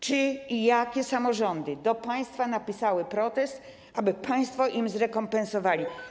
Czy i jakie samorządy do państwa napisały protest, aby państwo im to zrekompensowali?